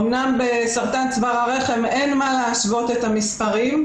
אמנם בסרטן צוואר הרחם אין מה להשוות את המספרים.